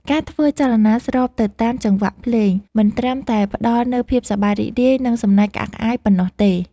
ការធ្វើចលនាស្របទៅតាមចង្វាក់ភ្លេង មិនត្រឹមតែផ្ដល់នូវភាពសប្បាយរីករាយ និងសំណើចក្អាកក្អាយប៉ុណ្ណោះទេ